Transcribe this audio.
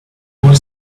over